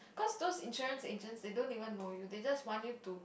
cause those insurance agent they don't even know you they just want you to